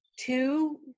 Two